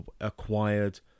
acquired